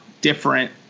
different